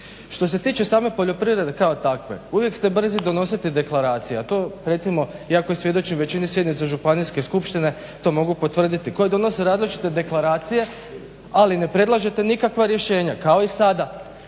Što se tiče same poljoprivrede kao takve, uvijek ste brzi donositi deklaracije, a to recimo ja koji svjedočim većini sjednica županijske skupštine to mogu potvrditi, koji donose različite deklaracije ali ne predlažete nikakva rješenja kao i sada.